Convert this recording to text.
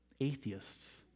Atheists